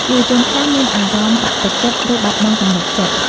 យុវជនខ្លះអាចមានអារម្មណ៍បាក់ទឹកចិត្តឬបាត់បង់ទំនុកចិត្ត។